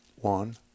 One